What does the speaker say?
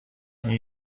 این